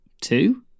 two